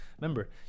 Remember